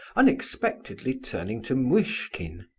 unexpectedly turning to muishkin,